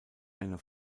eine